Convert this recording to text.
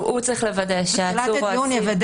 הוא צריך לוודא שהעצור או האסיר --- בתחילת הדיון יוודא